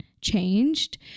Changed